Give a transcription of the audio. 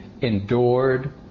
endured